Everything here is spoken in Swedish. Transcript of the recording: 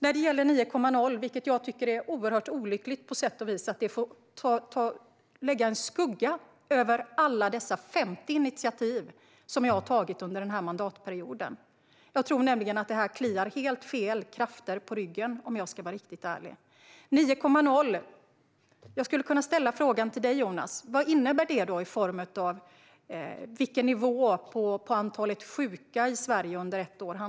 Jag tycker att det är oerhört olyckligt att det här med 9,0 får lägga en skugga över alla de 50 initiativ som jag har tagit under mandatperioden. Om jag ska vara riktigt ärlig tror jag nämligen att det här kliar helt fel krafter på ryggen. Jag kan ställa frågan till dig, Jonas: Vad handlar 9,0 om när det gäller antalet sjuka i Sverige under ett år?